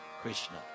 Krishna